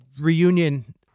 reunion